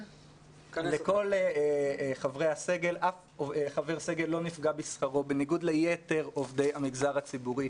שום חבר סגל לא נפגע בשכרו בניגוד ליתר עובדי המגזר הציבורי,